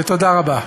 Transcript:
ותודה רבה.